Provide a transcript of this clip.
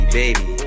baby